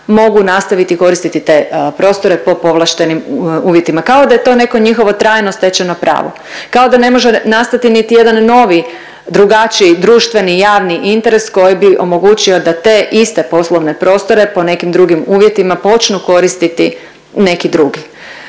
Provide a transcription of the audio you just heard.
mogu nastaviti koristiti te prostore po povlaštenim uvjetima, kao da je to neko njihovo trajno stečeno pravo, kao da ne može nastati niti jedan novi drugačiji društveni i javni interes koji bi omogućio da te iste poslovne prostore po nekim drugim uvjetima počnu koristiti neki drugi.